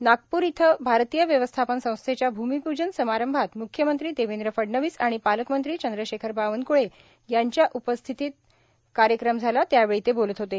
आज नागपूर इथं भारतीय व्यवस्थापन संस्थेच्या भूमिपूजन समांरभात मुख्यमंत्री देवेद्र फडणवीस आणि पालकमंत्री चंदशेखर बावनक्ळे यांच्या उपस्थित कार्यक्रम झाला त्यावेळी ते बोलत होते